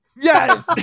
Yes